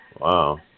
Wow